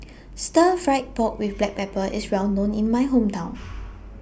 Stir Fry Pork with Black Pepper IS Well known in My Hometown